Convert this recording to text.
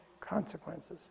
consequences